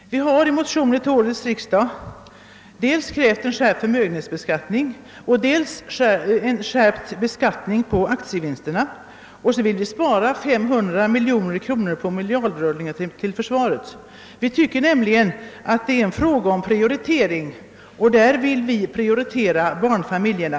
Vi har i motioner till årets riksdag krävt dels skärpt förmögenhetsbeskattning och dels skärpt beskattning på aktievinster. Vidare vill vi spara 500 miljoner kronor på miljardrullningen till försvaret. Vi tycker nämligen att det här är fråga om en prioritering och vi vill prioritera barnfamiljerna.